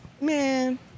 man